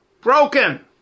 broken